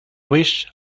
wished